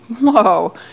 Whoa